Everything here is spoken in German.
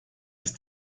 ist